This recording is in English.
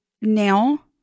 now